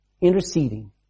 interceding